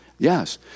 Yes